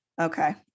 okay